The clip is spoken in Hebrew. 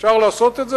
אפשר לעשות את זה?